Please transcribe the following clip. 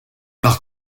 par